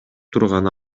турган